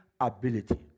ability